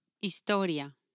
Historia